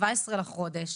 ה-17 לחודש,